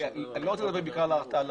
אני לא רוצה לדבר בעיקר על האכיפה,